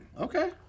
Okay